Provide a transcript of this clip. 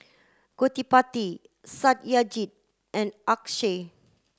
Gottipati Satyajit and Akshay